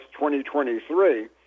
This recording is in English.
2023